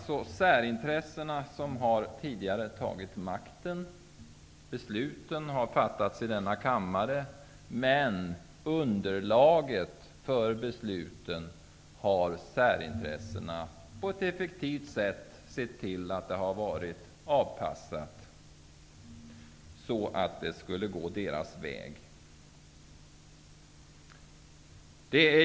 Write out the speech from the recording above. Särintressena har alltså tidigare tagit makten. Besluten har fattats i denna kammare, men särintressena har på ett effektivt sätt sett till att underlaget för besluten varit avpassat så att besluten skulle gå deras väg.